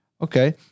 okay